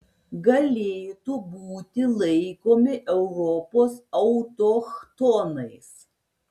galėtų būti laikomi europos autochtonais